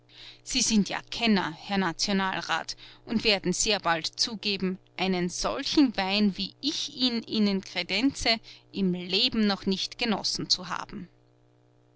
sie sind ja kenner herr nationalrat und werden sehr bald zugeben einen solchen wein wie ich ihn ihnen kredenze im leben noch nicht genossen zu haben